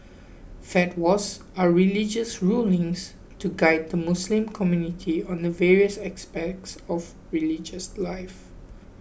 fatwas are religious rulings to guide the Muslim community on the various aspects of religious life